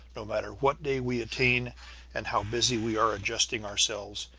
no matter what day we attain and how busy we are adjusting ourselves,